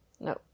No